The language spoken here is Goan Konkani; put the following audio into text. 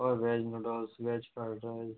हय veg noodles veg fried rice